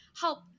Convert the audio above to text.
help